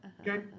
Okay